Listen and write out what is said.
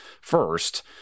first